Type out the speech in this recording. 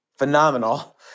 phenomenal